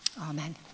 Amen